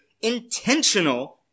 intentional